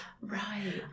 Right